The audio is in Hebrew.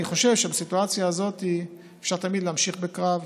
אני חושב שבסיטואציה הזאת אפשר תמיד להמשיך בקרב,